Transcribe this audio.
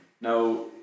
Now